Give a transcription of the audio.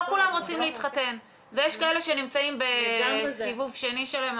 לא כולם רוצים להתחתן ויש כאלה שנמצאים בסיבוב שני שלהם,